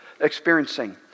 experiencing